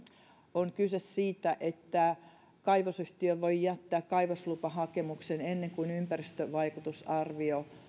on kyse siitä että kaivosyhtiö voi jättää kaivoslupahakemuksen ennen kuin ympäristövaikutusarvio